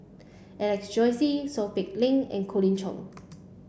Alex Josey Seow Peck Leng and Colin Cheong